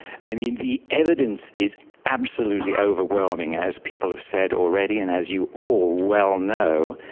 i mean the evidence is absolutely overwhelming as people have said already and as you all well know,